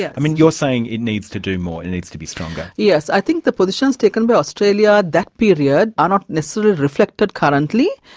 yeah you're saying it needs to do more, it needs to be stronger. yes, i think the positions taken by australia, that period, are not necessarily reflected currently.